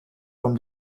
from